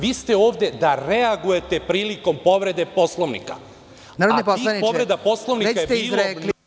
Vi ste ovde da reagujete prilikom povrede Poslovnika, a tih povreda Poslovnika je bilo.